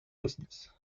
business